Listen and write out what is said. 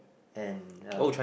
and um